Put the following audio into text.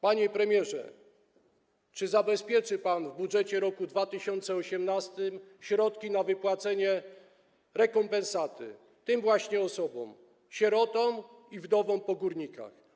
Panie premierze, czy zabezpieczy pan w budżecie roku 2018 środki na wypłacenie rekompensaty tym właśnie osobom, sierotom i wdowom po górnikach?